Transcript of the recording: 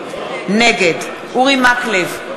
נגד אורי מקלב,